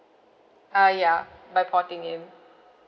uh ya by porting in